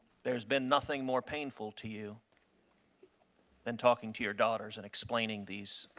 there has been nothing more painful to you than talking to your daughters and explaining these